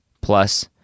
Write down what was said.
plus